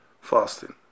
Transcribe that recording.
fasting